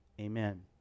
Amen